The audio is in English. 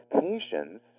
patients